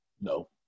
no